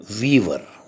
weaver